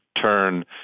turn